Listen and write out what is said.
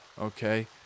okay